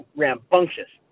rambunctious